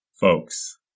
folks